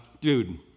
dude